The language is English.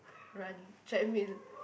run treadmill